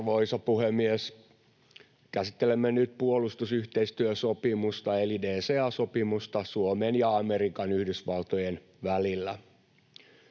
Arvoisa puhemies! Käsittelemme nyt puolustusyhteistyösopimusta eli DCA-sopimusta Suomen ja Amerikan yhdysvaltojen välillä.